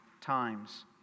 times